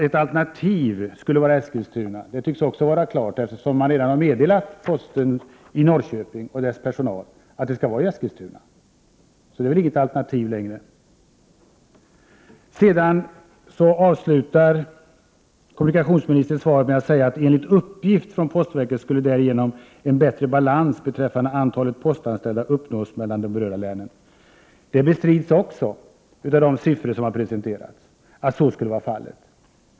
Att alternativet skulle vara Eskilstuna tycks också vara klart, eftersom posten i Norrköping och dess personal redan har meddelats att regionkontoret skall förläggas till Eskilstuna, och då är det väl inte något alternativ längre. Kommunikationsministern avslutar svaret med att säga följande: ”Enligt uppgift från postverket skulle därigenom en bättre balans beträffande antalet postanställda uppnås mellan de berörda länen.” Det bestrids också av de siffror som har presenterats.